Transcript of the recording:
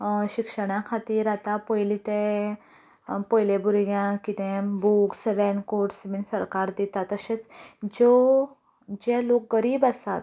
शिक्षणा खातीर आतां पयलीं तें पयले भुरग्यांक कितेंय बुक्स रेनकोट्स बी सरकार दिता तशेंच ज्यो जे लोक गरीब आसात